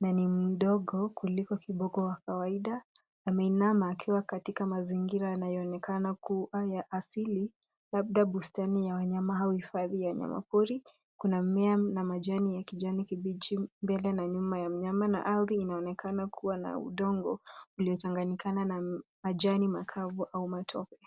Ni mdogo kuliko kiboko wa kawaida. Ameinama akiwa katika mazingira yanayoonekana kuwa ya asili, labda bustani ya wanyama au hifadhi ya wanyamapori. Kuna mimea na majani ya kijani kibichi mbele na nyuma, na ardhi inaonekana kuwa na udongo uliotangamana na majani makavu au matope.